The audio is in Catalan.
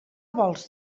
vols